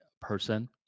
person